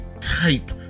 type